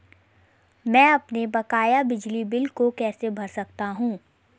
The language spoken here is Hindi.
मैं अपने बकाया बिजली बिल को कैसे भर सकता हूँ?